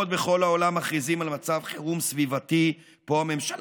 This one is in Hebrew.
בכל העולם מכריזים על מצב חירום סביבתי שבו הממשלה